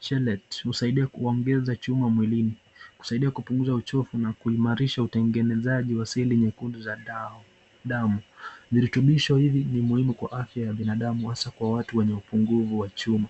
Chelate husaidia kuongeza chuma mwilini, kusaidia kupunguza uchovu na kuimarisha utengenezaji wa seli nyekundu za damu, virutubisho hivi ni muhimu kwa afya ya binadamu hasa kwa watu wenye upungufu wa chuma.